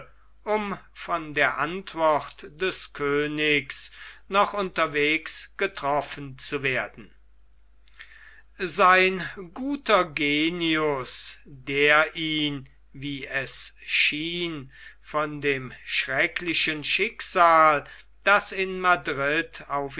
um von der antwort des königs noch unterwegs getroffen zu werden sein guter genius der ihn wie es schien von dem schrecklichen schicksal das in madrid auf